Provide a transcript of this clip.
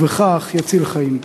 ובכך יציל חיים.